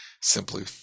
Simply